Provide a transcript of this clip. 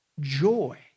joy